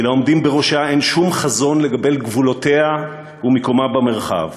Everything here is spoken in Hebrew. כי לעומדים בראשה אין שום חזון לגבי גבולותיה ומיקומה במרחב.